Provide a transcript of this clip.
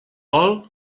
vol